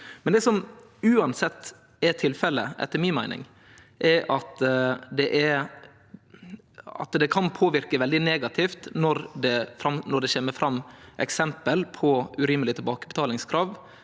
Men det som uansett er tilfellet, etter mi meining, er at det kan påverke veldig negativt når det kjem fram eksempel på urimelege tilbakebetalingskrav